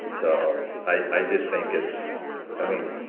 so i just think it's i mean,